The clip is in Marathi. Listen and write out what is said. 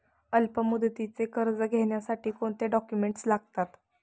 अल्पमुदतीचे कर्ज घेण्यासाठी कोणते डॉक्युमेंट्स लागतात?